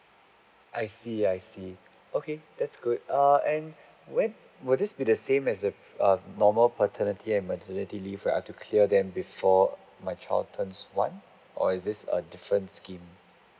I see I see okay that's good uh and when would this be the same as the err normal paternity and maternity leave where I have to clear them before my child turns one or is this a different scheme